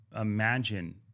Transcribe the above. imagine